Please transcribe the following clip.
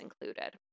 Included